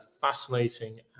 fascinating